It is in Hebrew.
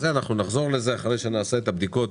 נחזור לזה אחרי שנערוך את הבדיקות